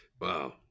wow